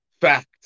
fact